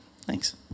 thanks